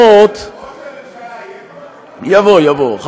טענות, ראש הממשלה יהיה פה, יבוא, יבוא.